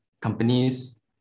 companies